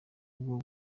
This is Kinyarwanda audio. bwo